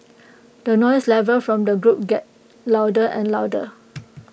the noise level from the group got louder and louder